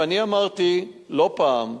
ואני אמרתי לא פעם,